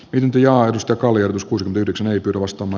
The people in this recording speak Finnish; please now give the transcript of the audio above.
lintuja josta kallio joskus yhdeksän perustama